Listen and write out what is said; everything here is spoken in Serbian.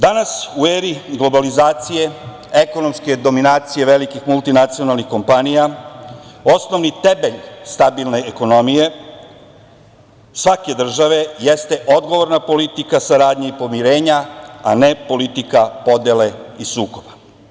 Danas u eri globalizacije, ekonomske dominacije velikih multinacionalnih kompanija, osnovni temelj stabilne ekonomije svake države jeste odgovorna politika saradnje i pomirenja, a ne politika podele i sukoba.